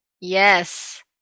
Yes